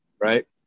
Right